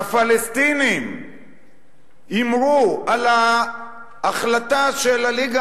והפלסטינים הימרו על ההחלטה של הליגה